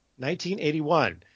1981